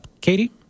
Katie